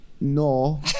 No